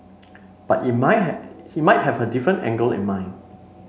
but he might he might have a different angle in mind